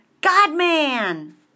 God-man